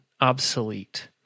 obsolete